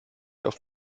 auf